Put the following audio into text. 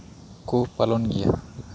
ᱠᱚ ᱯᱟᱞᱚᱱ ᱜᱮᱭᱟ